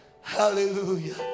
hallelujah